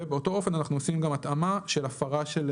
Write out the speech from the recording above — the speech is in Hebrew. ובאותו אופן אנחנו עושים גם התאמה של הפרות